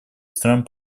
стран